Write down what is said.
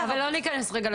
כן, אבל לא ניכנס לשאלות.